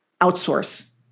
Outsource